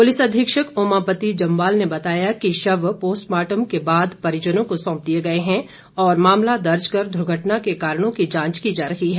police अधीक्षक ओमापत्ती जमवाल ने बताया कि शव पोस्टमार्टम के बाद परिजनों को सौंप दिए गए हैं और मामला दर्ज कर दुर्घटना के कारणों की जांच की जा रही है